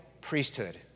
priesthood